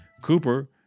Cooper